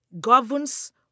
governs